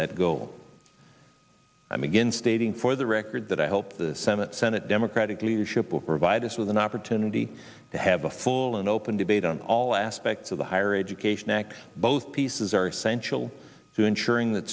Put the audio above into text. that goal i mean again stating for the record that i hope the senate senate democratic leadership will provide us with an opportunity to have a full and open debate on all aspects of the higher education act both pieces are essential to ensuring that